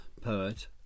poet